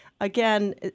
Again